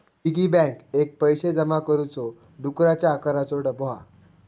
piggy bank एक पैशे जमा करुचो डुकराच्या आकाराचो डब्बो हा